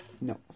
No